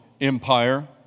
Empire